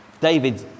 David